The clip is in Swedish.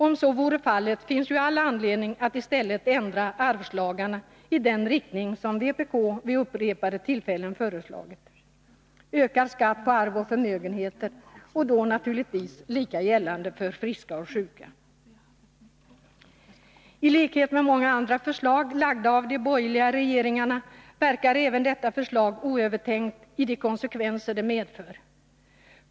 Om så vore fallet fanns ju all anledning att i stället ändra arvslagarna i den riktning som vpk vid upprepade tillfällen föreslagit, dvs. ökad skatt på arv och förmögenheter och då naturligtvis lika gällande för I likhet med många andra förslag som lagts av de borgerliga regeringarna verkar även detta förslag oövertänkt när det gäller de konsekvenser det medför.